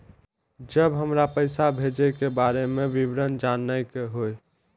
जब हमरा पैसा भेजय के बारे में विवरण जानय के होय?